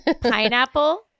pineapple